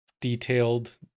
detailed